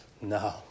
No